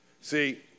See